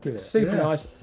super nice.